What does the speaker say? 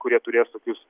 kurie turės tokius